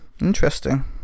Interesting